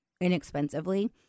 inexpensively